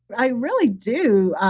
i really do